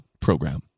program